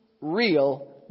Real